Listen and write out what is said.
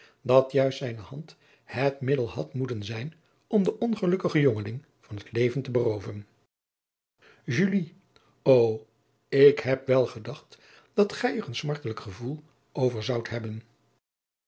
dat juist zijne hand het middel had moeten zijn om den ongelukkigen jongeling van het leven te berooven o k heb wel gedacht dat gij er een smartelijk gevoel over zoudt hebben